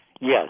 Yes